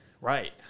Right